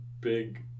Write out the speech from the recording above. big